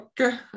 okay